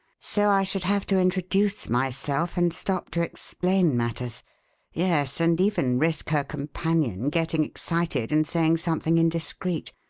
so i should have to introduce myself and stop to explain matters yes, and even risk her companion getting excited and saying something indiscreet,